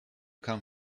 come